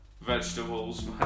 Vegetables